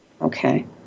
Okay